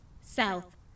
South